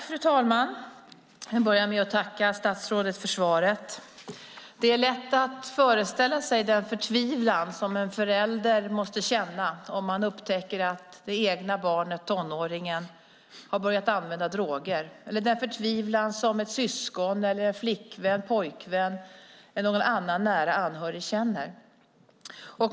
Fru talman! Jag börjar med att tacka statsrådet för svaret. Det är lätt att föreställa sig den förtvivlan som en förälder måste känna om man upptäcker att det egna barnet eller tonåringen har börjat använda droger, eller den förtvivlan som ett syskon, en flickvän, en pojkvän eller någon annan nära anhörig känner.